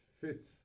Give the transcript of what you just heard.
fits